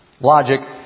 logic